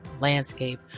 landscape